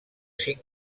cinc